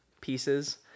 pieces